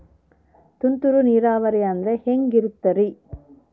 ತುಂತುರು ನೇರಾವರಿ ಅಂದ್ರೆ ಹೆಂಗೆ ಇರುತ್ತರಿ?